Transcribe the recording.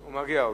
הוא מגיע,